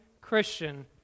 Christian